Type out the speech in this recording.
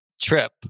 trip